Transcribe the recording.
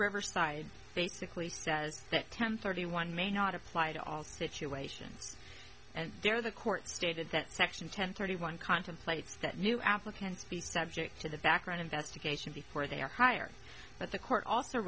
riverside basically says that ten thirty one may not apply to all situations and there the court stated that section ten thirty one contemplates that new applicants be subject to the background investigation before they are hired but the court a